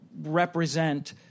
represent